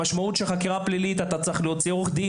המשמעות שחקירה פלילית אתה צריך עו"ד,